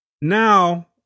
Now